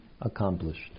accomplished